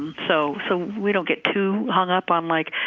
so so we don't get too hang up on like,